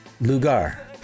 Lugar